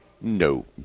no